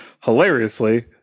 hilariously